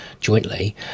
jointly